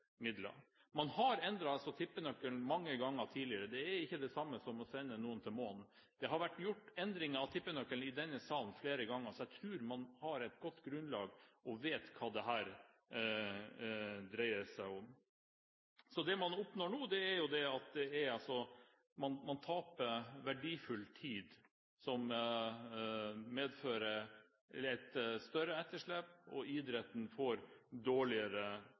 Man har altså endret tippenøkkelen mange ganger tidligere – det er ikke det samme som å sende noen til månen. Det har vært gjort endringer av tippenøkkelen i denne salen flere ganger, så jeg tror man har et godt grunnlag og vet hva dette dreier seg om. Det man oppnår nå, er at man taper verdifull tid, som fører til et større etterslep, og idretten får dårligere